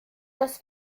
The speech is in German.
das